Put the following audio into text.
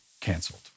canceled